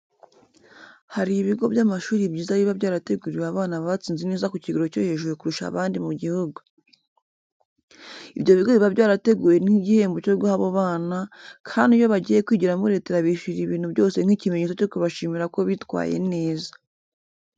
Hari ibigo by'amashuri byiza biba byarateguriwe abana batsinze neza ku kigero cyo hejuru kurusha abandi mu gihugu. Ibyo bigo biba byarateguwe nk'igihembo cyo guha abo bana, kandi iyo bagiye kwigiramo Leta irabishyurira ibintu byose nk'ikimenyetso cyo kubashimira ko bitwaye neza.